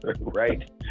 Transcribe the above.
Right